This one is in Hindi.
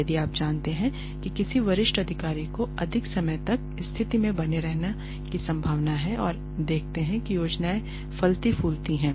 यदि आप जानते हैं कि किसी वरिष्ठ कार्यकारी को अधिक समय तक स्थिति में बने रहने की संभावना है और देखते हैं कि योजनाएँ फलती फूलती हैं